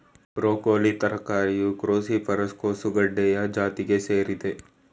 broccoli ತರಕಾರಿಯು cruciferous ಕೋಸುಗಡ್ಡೆಯ ಜಾತಿಗೆ ಸೇರಿದೆ